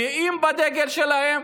גאים בדגל שלהם.